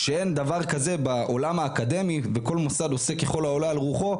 כשאין דבר כזה בעולם האקדמי וכל מוסד עושה ככל העולה על רוחו,